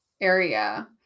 area